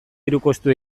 hirukoiztu